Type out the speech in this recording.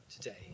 today